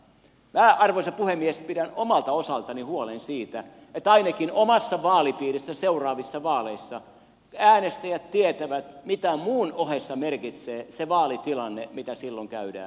minä arvoisa puhemies pidän omalta osaltani huolen siitä että ainakin omassa vaalipiirissäni seuraavissa vaaleissa äänestäjät tietävät mitä muun ohessa merkitsee se vaalitilanne mitä silloin käydään